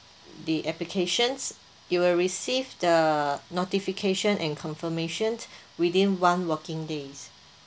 the applications you'll receive the notification and confirmation within one working days